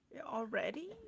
Already